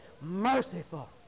merciful